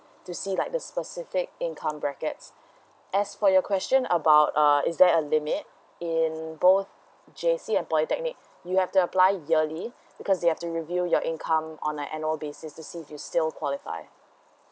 to see like the specific income brackets as for your question about uh is there a limit in both J_C and polytechnic you have to apply yearly because they have to review your income on the annual basis to see if you still qualify